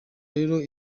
rero